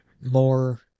more